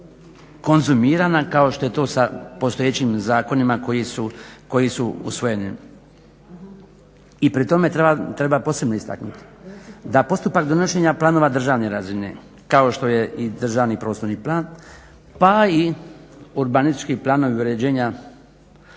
mjeri konzumirana kao što je to sa postojećim zakonima koji su usvojeni. I pri tome treba posebno istaknuti da postupak donošenja planova državne razine kao što je i državni prostorni plan pa i urbanički planovi uređenja